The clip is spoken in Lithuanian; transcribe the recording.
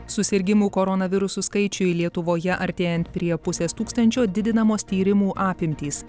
susirgimų koronavirusu skaičiui lietuvoje artėjant prie pusės tūkstančio didinamos tyrimų apimtys